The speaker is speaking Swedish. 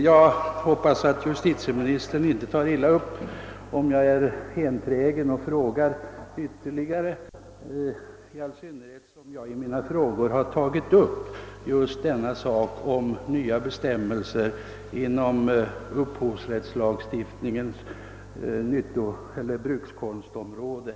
Jag hoppas justitieministern inte tar illa upp, om jag är enträgen och fortsätter att fråga, i all synnerhet som jag i min interpellation berört även detta om nya bestämmelser inom upphovsrättslagstiftningens brukskonstområde.